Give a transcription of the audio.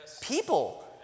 people